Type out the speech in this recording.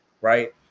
Right